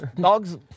dogs